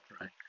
right